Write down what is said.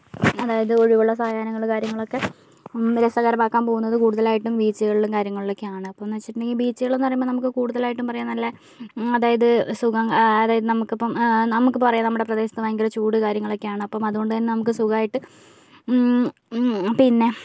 അതായത് ഒഴിവുള്ള സായാഹ്നങ്ങൾ കാര്യങ്ങളൊക്കെ രസകരമാക്കാൻ പോകുന്നത് കൂടുതലായിട്ടും ബീച്ചുകളിലും കാര്യങ്ങളിലും ഒക്കെയാണ് അപ്പം എന്ന് വെച്ചിട്ടുണ്ടെങ്കിൽ ബീച്ചുകൾ എന്ന് പറയുമ്പോൾ നമുക്ക് കൂടുതലായിട്ടും പറയാം നല്ല അതായത് സുഖം അതായത് നമുക്കിപ്പം നമുക്ക് പറയാം നമ്മുടെ പ്രദേശത്ത് ഭയങ്കര ചൂട് കാര്യങ്ങളൊക്കെയാണ് അപ്പം അതുകൊണ്ടുതന്നെ നമുക്ക് സുഖമായിട്ട് പിന്നെ